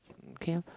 okay loh